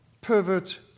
pervert